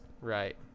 Right